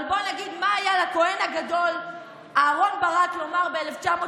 אבל בואו נגיד מה היה לכוהן הגדול אהרן ברק לומר ב-1995.